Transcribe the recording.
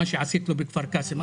מה שעשית לו בכפר קאסם,